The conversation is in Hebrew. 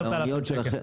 10 אלפים שקל.